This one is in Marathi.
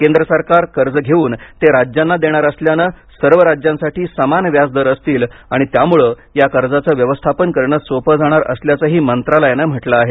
केंद्र सरकार कर्ज घेऊन ते राज्यांना देणारं असल्यानं सर्व राज्यांसाठी समान व्याज दर असतील आणि त्यामुळं या कर्जाचं व्यवस्थापन करणं सोपं जाणार असल्याचंही मंत्रालयानं म्हटलं आहे